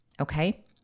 Okay